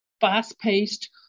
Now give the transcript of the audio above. fast-paced